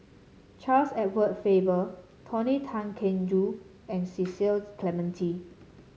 Charles Edward Faber Tony Tan Keng Joo and Cecil Clementi